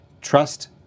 trust